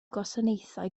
gwasanaethau